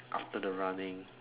after the running